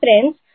friends